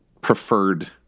preferred